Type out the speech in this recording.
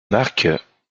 marques